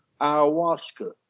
ayahuasca